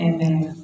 Amen